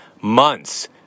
months